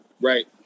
Right